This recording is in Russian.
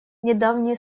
недавние